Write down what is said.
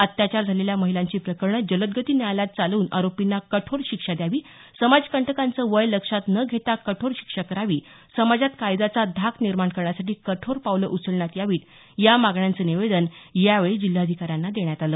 अत्याचार झालेल्या महिलांची प्रकरणं जलदगती न्यायालयात चालवून आरोपींना कठोर शिक्षा द्यावी समाजकंटकांचं वय लक्षात न घेता कठोर शिक्षा करावी समाजात कायद्याचा धाक निर्माण करण्यासाठी कठोर पावले उचलण्यात यावीत या मागण्यांचं निवेदन यावेळी जिल्ह्याधिकाऱ्यांना देण्यात आलं